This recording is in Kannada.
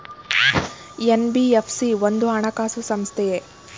ಎನ್.ಬಿ.ಎಫ್.ಸಿ ಒಂದು ಹಣಕಾಸು ಸಂಸ್ಥೆಯೇ?